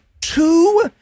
two